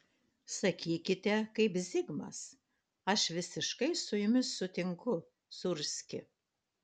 sakykite kaip zigmas aš visiškai su jumis sutinku sūrski